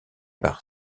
par